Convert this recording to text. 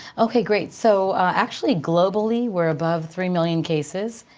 okay, great. so actually globally we're above three million cases,